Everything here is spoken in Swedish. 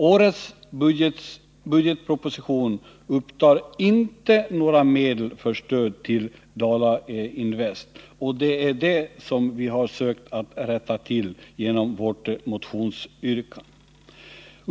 Årets budgetproposition upptar inte några medel för stöd till Dala Invest. Det är det som vi har sökt rätta till genom vårt motionsyrkande.